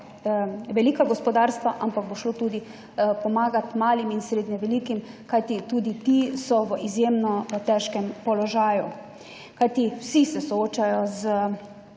velika gospodarstva, ampak bo šlo tudi pomagati malim in srednje velikim, kajti tudi ti so v izjemno težkem položaju, kajti vsi se soočajo s